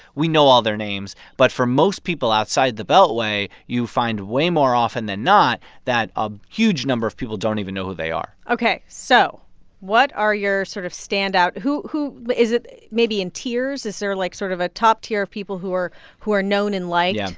we know all their names. but for most people outside the beltway, you find way more often than not that a huge number of people don't even know who they are ok. so what are your sort of stand out who who is it maybe in tiers? is there, like, sort of a top tier of people who are who are known and liked? yeah.